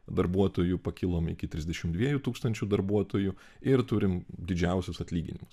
darbuotojų pakilom iki trisdešimt dviejų tūkstančių darbuotojų ir turim didžiausius atlyginimus